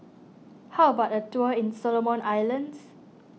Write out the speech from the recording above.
how about a tour in Solomon Islands